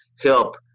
help